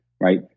Right